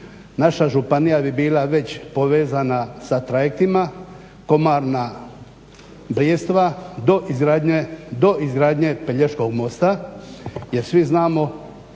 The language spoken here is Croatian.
naša županija bi bila već povezana sa trajektima, Komarna-Brijesta do izgradnje Pelješkog mosta jer svi znamo